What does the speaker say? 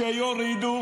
אני שמח שדחיתם לשבוע,